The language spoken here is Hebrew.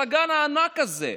על הגן הענק הזה.